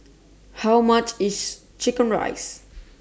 How much IS Chicken Rice